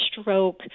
stroke